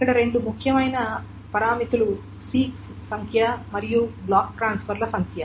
ఇక్కడ ఉన్న రెండు ముఖ్యమైన పారామితులు సీక్స్ సంఖ్య మరియు బ్లాక్ ట్రాన్స్ఫర్ల సంఖ్య